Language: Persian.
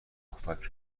پفک